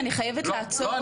אני חייבת לעצור אותך.